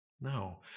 No